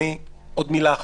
עוד מילה אחת.